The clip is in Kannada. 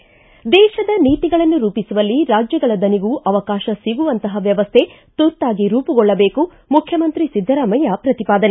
ದೇಶದ ನೀತಿಗಳನ್ನು ರೂಪಿಸುವಲ್ಲಿ ರಾಜ್ಯಗಳ ದನಿಗೂ ಅವಕಾಶ ಸಿಗುವಂತಹ ವ್ಯವಸ್ಥೆ ತುರ್ತಾಗಿ ರೂಪುಗೊಳ್ಳಬೇಕು ಮುಖ್ಚಮಂತ್ರಿ ಸಿದ್ದರಾಮಯ್ಯ ಪ್ರತಿಪಾದನೆ